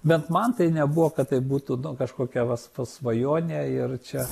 bent man tai nebuvo kad tai būtų kažkokia va ta svajonė ir čia